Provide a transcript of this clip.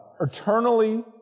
eternally